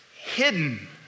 hidden